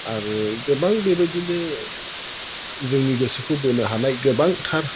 आरो गोबां बेबायदिनो जोंनि गोसोखौ बोनो हानाय गोबांथार